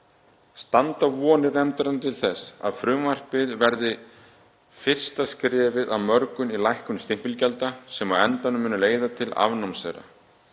„Standa vonir nefndarinnar til þess að frumvarpið verði fyrsta skrefið af mörgum í lækkun stimpilgjalda sem á endanum muni leiða til afnáms